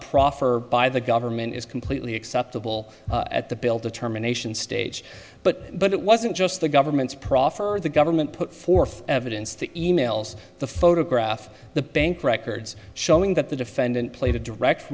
proffer by the government is completely acceptable at the bill to terminations stage but but it wasn't just the government's proffer the government put forth evidence the e mails the photograph the bank records showing that the defendant played a direct